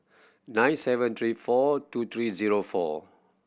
nine seven three four two three zero four